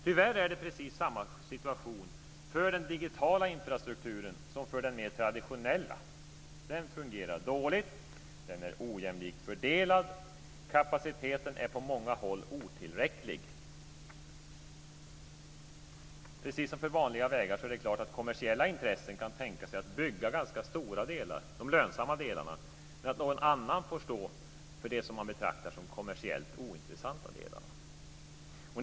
Tyvärr är det precis samma situation för den digitala infrastrukturen som för den mer traditionella. Den fungerar dåligt, den är ojämlikt fördelad och kapaciteten är på många håll otillräcklig. Precis som för vanliga vägar är det klart att kommersiella intressen kan tänka sig att bygga ganska stora delar - de lönsamma delarna - men att någon annan får stå för det som man betraktar som kommersiellt ointressanta delar.